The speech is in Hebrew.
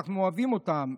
שאנחנו אוהבים אותם,